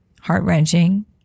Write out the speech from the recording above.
heart-wrenching